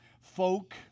folk